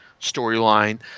storyline